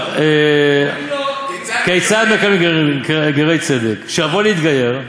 כיצד, כשיבוא להתגייר,